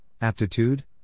Aptitude